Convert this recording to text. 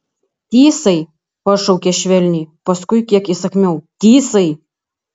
tysai pašaukė švelniai paskui kiek įsakmiau tysai